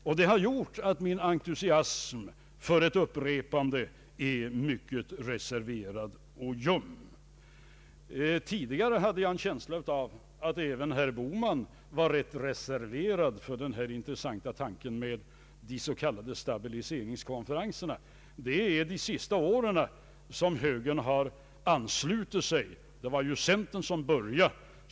Detta har gjort att min entusiasm för ett upprepande är mycket reserverad och ljum. Tidigare hade jag en känsla av att även herr Bohman var rätt reserverad mot denna intressanta tanke med de s.k. stabiliseringskonferenserna. Det är först under de senaste åren som högern har anslutit sig. Det var centern som började.